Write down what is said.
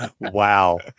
Wow